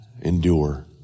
endure